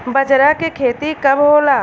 बजरा के खेती कब होला?